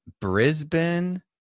brisbane